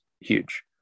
huge